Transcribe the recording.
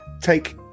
take